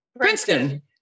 Princeton